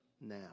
now